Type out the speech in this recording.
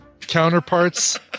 counterparts